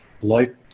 light